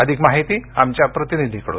अधिक माहिती आमच्या प्रतिनिधीकडून